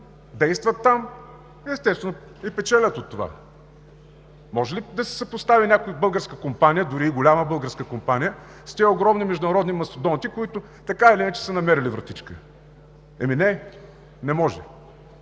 действат там и, естествено, печелят от това. Може ли да се съпостави някоя българска компания, дори и голяма българска компания с тези огромни международни мастодонти, които така или иначе са намерили вратички? Еми не, не може.